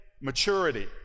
maturity